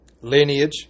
lineage